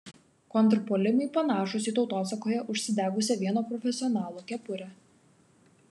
kontrpuolimai panašūs į tautosakoje užsidegusią vieno profesionalo kepurę